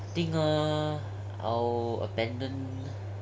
think ah I will abandon